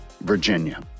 Virginia